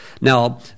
Now